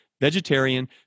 vegetarian